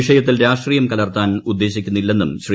വിഷയത്തിൽ രാഷ്ട്രീയം കലർത്താൻ ഉദ്ദേശിക്കുന്നില്ലെന്നും ശ്രീ